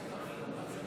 למשאל